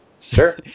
Sure